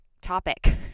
Topic